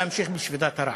להמשיך בשביתת הרעב.